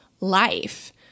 life